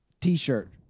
t-shirt